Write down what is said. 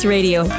Radio